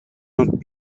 not